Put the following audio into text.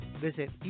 visit